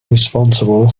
responsible